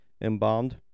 embalmed